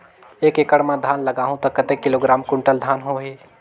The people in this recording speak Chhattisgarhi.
एक एकड़ मां धान लगाहु ता कतेक किलोग्राम कुंटल धान होही?